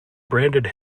branded